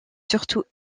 surtout